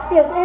Yes